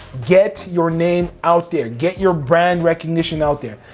get your name out there. get your brand recognition out there.